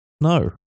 no